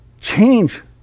change